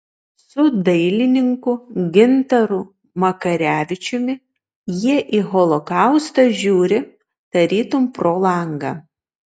su dailininku gintaru makarevičiumi jie į holokaustą žiūri tarytum pro langą